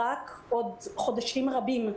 רק בעוד חודשים רבים,